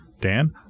Dan